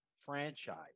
franchise